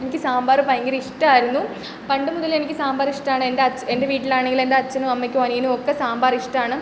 എനിക്ക് സാമ്പാർ ഭയങ്കര ഇഷ്ടവായിരുന്നു പണ്ട് മുതലേ എനിക്ക് സാമ്പാർ ഇഷ്ടമാണ് എൻ്റെ അച്ച് എൻ്റെ വീട്ടിലാണെങ്കിൽ എൻ്റച്ഛനും അമ്മയ്ക്കും അനിയനുവൊക്കെ സാമ്പാറിഷ്ടമാണ്